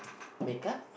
makeup